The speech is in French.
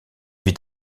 vit